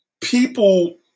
people